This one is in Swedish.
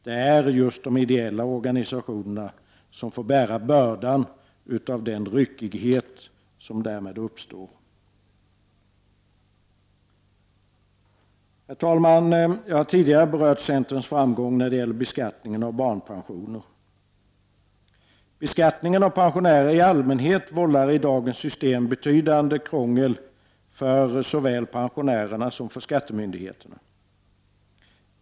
Det är just de ideella organisationerna som får bära bördan av den ryckighet som därmed uppstår. Herr talman! Jag har tidigare berört centerns framgång när det gäller beskattningen av barnpensioner. Beskattningen av pensionärer i allmänhet vållar i dagens system betydande krångel såväl för pensionärerna som för skattemyndigheterna.